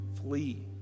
flee